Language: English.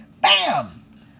bam